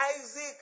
Isaac